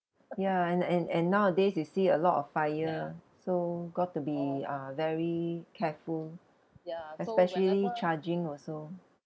ya and and and nowadays you see a lot of fire so got to be uh very careful especially charging also